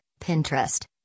Pinterest